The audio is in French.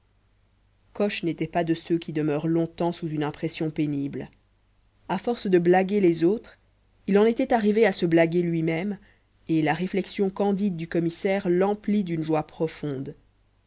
coche n'était pas de ceux qui demeurent longtemps sous une impression pénible à force de blaguer les autres il en était arrivé à se blaguer lui-même et la réflexion candide du commissaire l'emplit d'une joie profonde